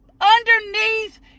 Underneath